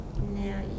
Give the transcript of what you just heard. Now